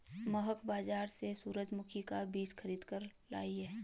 महक बाजार से सूरजमुखी का बीज खरीद कर लाई